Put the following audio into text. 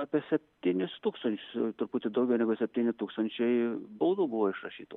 apie septynis tūkstančius truputį daugiau negu septyni tūkstančiai baudų buvo išrašyta